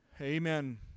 Amen